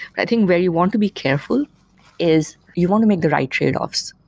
i think where you want to be careful is you want to make the right tradeoffs.